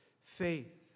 faith